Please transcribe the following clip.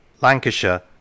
Lancashire